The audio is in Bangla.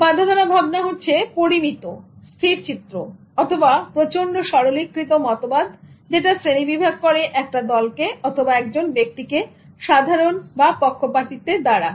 বাঁধাধরা ভাবনা পরিমিত স্থিরচিত্র অথবা প্রচন্ড সরলীকৃত মতবাদ যেটা শ্রেণীবিভাগ করে একটা দলকে অথবা একজন ব্যক্তিকে সাধারণ বা পক্ষপাতিত্বের দ্বারা